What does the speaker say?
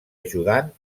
ajudant